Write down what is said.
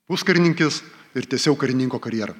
puskarininkis ir tęsiau karininko karjerą